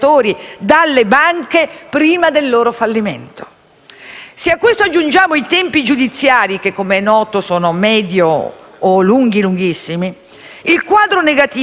Se a questo aggiungiamo i tempi giudiziari che, come noto, sono lunghi o lunghissimi, il quadro negativo per quei poveri risparmiatori è completo. In compenso però